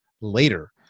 later